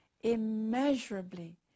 immeasurably